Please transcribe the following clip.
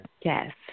Yes